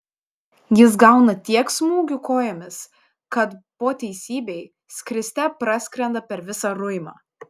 jis gauna tiek smūgių kojomis kad po teisybei skriste praskrenda per visą ruimą